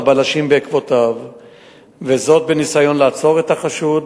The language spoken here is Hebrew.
הבלשים נכנסו לדירה בעקבותיו בניסיון לעוצרו.